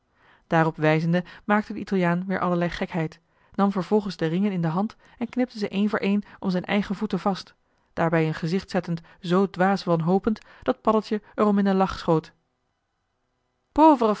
daarop wijzende maakte de italiaan weer allerlei gekheid nam vervolgens de ringen in de hand en knipte ze een voor een om zijn eigen voeten vast daarbij een gezicht zettend zoo dwaas wanhopend dat paddeltje er om in den lach schoot